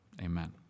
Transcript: Amen